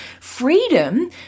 freedom